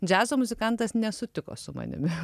džiazo muzikantas nesutiko su manimi